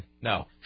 No